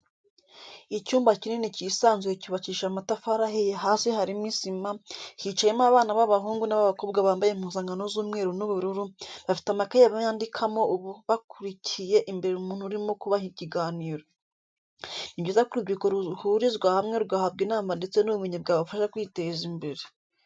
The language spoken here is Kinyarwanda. Icyumba kinini cyisanzuye cyubakishije amatafari ahiye hasi harimo isima, hicayemo abana b'abahungu n'abakobwa bambaye impuzankano z'umweru n'ubururu, bafite amakaye bandikamo bakurikiye imbere umuntu urimo kubaha ikiganiro. Ni byiza ko urubyiruko ruhurizwa hamwe rugahabwa inama ndetse n'ubumenyi bwabafasha kwiteza imbere.